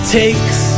takes